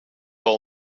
all